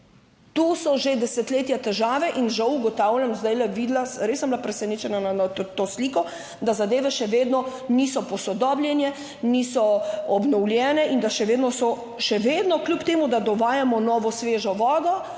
To so že desetletja težave in žal ugotavljam, zdaj videla, res sem bila presenečena nad to sliko, da zadeve še vedno niso posodobljene, niso obnovljene in da še vedno so še vedno, kljub temu, da dovajamo novo svežo vodo